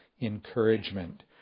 encouragement